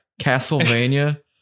Castlevania